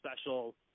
special